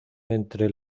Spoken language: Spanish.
entre